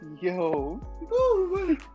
Yo